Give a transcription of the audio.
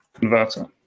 converter